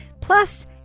Plus